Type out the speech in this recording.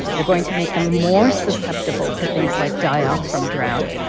they're going to make them more susceptible to things like die-off from drought.